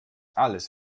alles